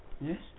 Yes